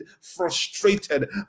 frustrated